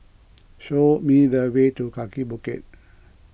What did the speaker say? show me the way to Kaki Bukit